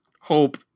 hope